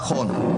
נכון.